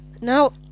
Now